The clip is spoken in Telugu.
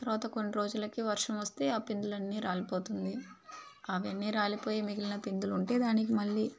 తర్వాత కొన్ని రోజులకి వర్షం వస్తే ఆ పిందులన్నీ రాలిపోతుంది అవన్నీ రాలిపోయి మిగిలిన పిందులుంటే దానికి మళ్లీ